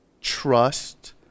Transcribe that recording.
trust